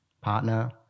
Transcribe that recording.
partner